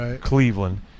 Cleveland